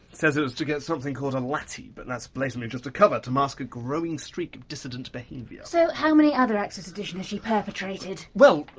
says it was to get something called a um latte, but that's blatantly just a cover to mask a growing streak of dissident behaviour. so how many other acts of sedition has she perpetrated? well,